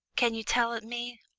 can you tell it me?